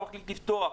אתה מחליט לפתוח.